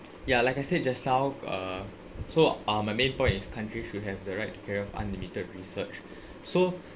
ya like I said just now uh so uh my main point is countries should have the right to carry out unlimited research so